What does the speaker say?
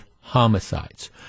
homicides